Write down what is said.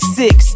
six